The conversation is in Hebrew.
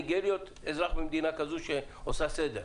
אני גאה להיות אזרח במדינה כזאת שעושה סדר.